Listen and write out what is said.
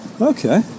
Okay